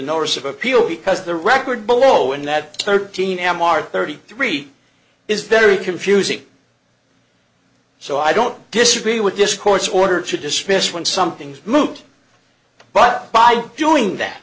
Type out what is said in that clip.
hours of appeal because the record below in that thirteen m r thirty three is very confusing so i don't disagree with this court's order to dismiss when something's moved but by doing that